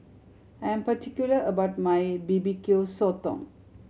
I am particular about my B B Q Sotong